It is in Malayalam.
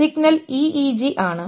സിഗ്നൽ EEG ആണ്